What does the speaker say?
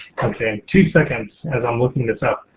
two seconds as i'm looking this up.